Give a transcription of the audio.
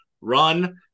run